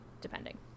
depending